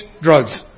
drugs